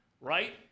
right